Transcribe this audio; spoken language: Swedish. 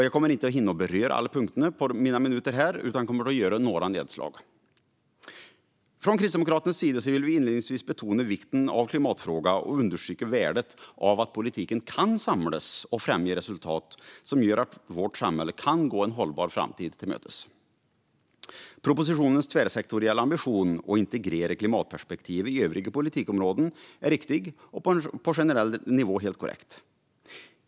Jag kommer inte att hinna beröra alla punkterna under mina talarminuter utan kommer att göra några nedslag. Från Kristdemokraternas sida vill vi inledningsvis betona vikten av klimatfrågan och understryka värdet av att politiken kan samlas och främja resultat som gör att vårt samhälle kan gå en hållbar framtid till mötes. Propositionens tvärsektoriella ambition att integrera klimatperspektivet i övriga politikområden är riktig och på en generell nivå helt korrekt.